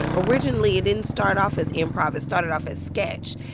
originally it didn't start off as improv. it started off as sketch.